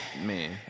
Man